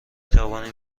توانیم